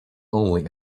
only